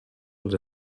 els